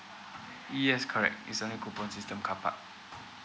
yes correct it's only coupon system carpark